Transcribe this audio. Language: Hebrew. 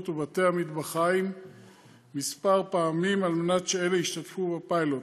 ובתי-המטבחיים כמה פעמים על מנת שאלה ישתתפו בפיילוט.